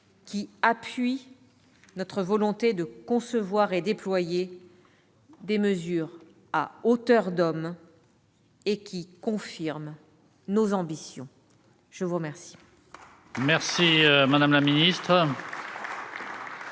qui appuie notre volonté de concevoir et déployer des mesures à hauteur d'homme et qui confirme nos ambitions. Nous allons